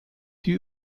die